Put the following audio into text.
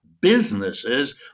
businesses